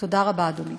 תודה רבה, אדוני.